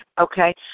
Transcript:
okay